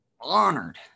honored